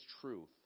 truth